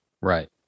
Right